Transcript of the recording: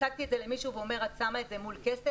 הצגתי את זה למישהו והוא שואל: את שמה את זה מול כסף?